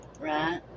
Right